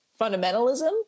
fundamentalism